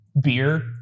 beer